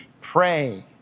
pray